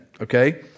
okay